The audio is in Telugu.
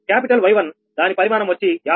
క్యాపిటల్ Y 1 దాని పరిమాణం వచ్చి 53